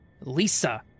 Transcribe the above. Lisa